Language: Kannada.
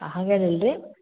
ಹಾಂಗೇನು ಇಲ್ರಿ